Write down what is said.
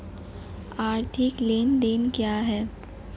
आर्थिक लेनदेन क्या है?